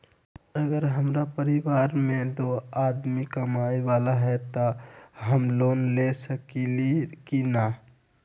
अगर हमरा परिवार में दो आदमी कमाये वाला है त हम लोन ले सकेली की न?